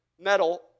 metal